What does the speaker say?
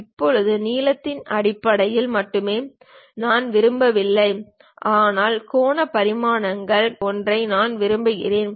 இப்போது நீளத்தின் அடிப்படையில் மட்டுமே நான் விரும்பவில்லை ஆனால் கோண பரிமாணங்கள் போன்ற ஒன்றை நான் விரும்புகிறேன்